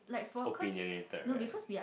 opinionated right